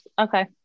okay